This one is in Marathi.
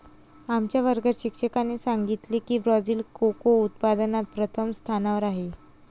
आमच्या वर्गात शिक्षकाने सांगितले की ब्राझील कोको उत्पादनात प्रथम स्थानावर आहे